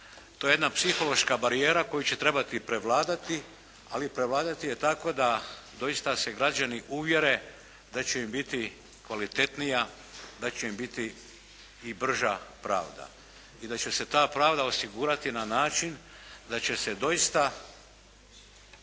To je jedna psihološka barijera koju će trebati prevladati, ali prevladati je tako da doista se građani uvjere da će im biti kvalitetnija, da će im biti i brža pravda i da će se ta pravda osigurati na način da će se doista